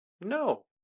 No